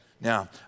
now